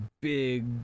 big